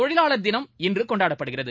தொழிலாளர் தினம் இன்று கொண்டாடப்படுகிறது